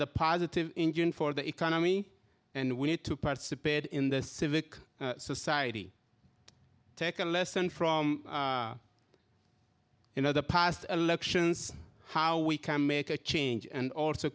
the positive engine for the economy and we need to participate in the civic society take a lesson from you know the past elections how we can make a change and also